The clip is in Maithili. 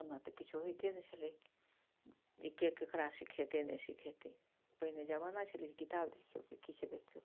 ओना तऽ किछु होइते नहि छलै जे के ककरा सिखेतै नहि सिखेतै पहिने जमाना छलै किताबसे किछु देखिऔ